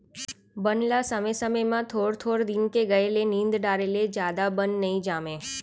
बन ल समे समे म थोर थोर दिन के गए ले निंद डारे ले जादा बन नइ जामय